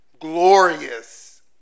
glorious